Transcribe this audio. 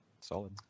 Solid